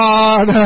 God